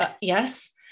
Yes